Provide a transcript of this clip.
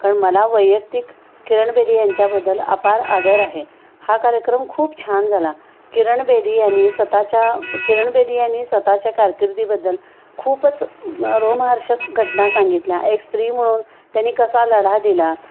कारण मला वैयक्तिक किरण बेदी यांच्याबद्दल अपार आदर आहे हा कार्यक्रम खूप छान झाला किरण बेदी यांनी स्वतःच्या किरण बेदी यांनी स्वतःच्या कारकिर्दीबद्दल खूपच रोमहर्षक घटना सांगितल्या एक स्त्री म्हणून त्यांनी कसा लढा दिला